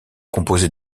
composée